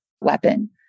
weapon